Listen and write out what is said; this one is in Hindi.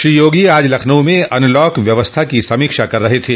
श्री योगी आज लखनऊ में अनलॉक व्यवस्था की समीक्षा कर रहे थे